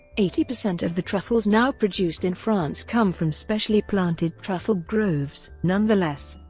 eighty percent of the truffles now produced in france come from specially planted truffle groves. nonetheless,